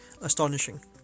Astonishing